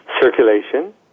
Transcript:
circulation